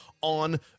on